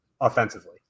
offensively